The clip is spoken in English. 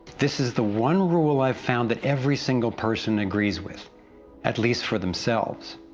this is the one rule i found that every single person agrees with at least for themselves.